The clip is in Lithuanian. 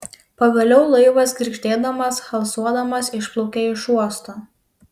pagaliau laivas girgždėdamas halsuodamas išplaukė iš uosto